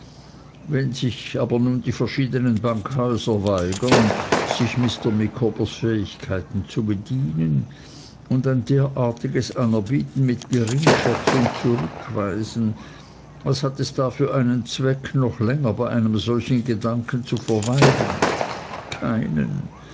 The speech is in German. wenn sich aber nun die verschiednen bankhäuser weigern sich mr micawbers fähigkeiten zu bedienen und ein derartiges anerbieten mit geringschätzung zurückweisen was hat es da für einen zweck noch länger bei einem solchen gedanken zu verweilen keinen